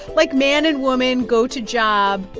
like, man and woman go to job,